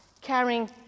carrying